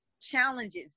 challenges